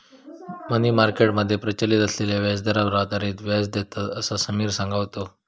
मनी market मध्ये प्रचलित असलेल्या व्याजदरांवर आधारित व्याज देतत, असा समिर सांगा होतो